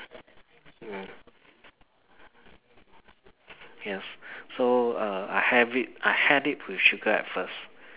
mm yes so I have it I had it with sugar at first